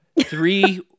three